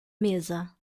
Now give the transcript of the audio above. mesa